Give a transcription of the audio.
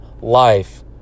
life